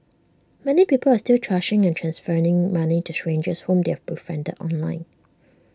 many people are still trusting and transferring money to strangers whom they are befriended online